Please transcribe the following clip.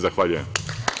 Zahvaljujem.